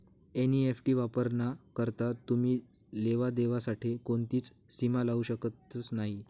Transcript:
NEFT वापराना करता तुमी लेवा देवा साठे कोणतीच सीमा लावू शकतस नही